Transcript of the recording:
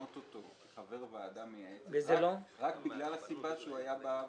כחבר ועדה מייעצת רק בגלל הסיבה שהוא היה בעבר.